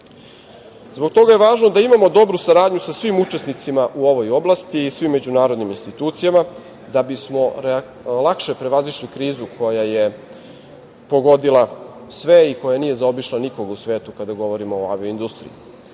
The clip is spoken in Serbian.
toga je važno da imamo dobru saradnju sa svim učesnicima u ovoj oblasti i svim međunarodnim institucijama da bismo lakše prevazišli krizu koja je pogodila sve i koja nije zaobišla nikog u svetu, kada govorimo o avio-industriji. Kada